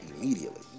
immediately